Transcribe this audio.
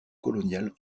colonial